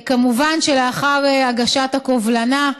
מובן שלאחר הגשת הקובלנה,